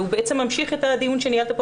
הוא בעצם ממשיך את הדיון שניהלת פה,